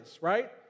right